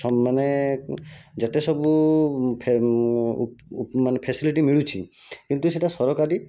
ମାନେ ଯେତେ ସବୁ ମାନେ ଫ୍ୟାସିଲିଟି ମିଳୁଛି କିନ୍ତୁ ସେ'ଟା ସରକାରୀ